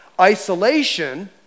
Isolation